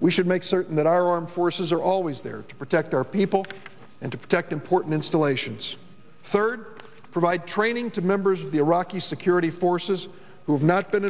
we should make certain that our armed forces are always there to protect our people and to protect important installations third provide training to members of the iraqi security forces who have not been